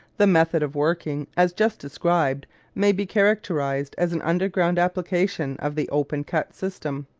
the method of working as just described may be characterised as an underground application of the open-cut system.